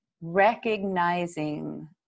recognizing